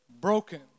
broken